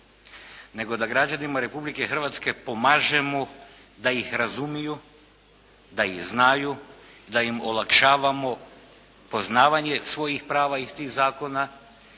nego da građanima Republike Hrvatske pomažemo da ih razumiju, da ih znaju i da im olakšavamo poznavanje svojih prava iz tih zakona